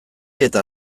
eta